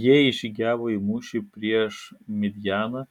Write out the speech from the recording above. jie išžygiavo į mūšį prieš midjaną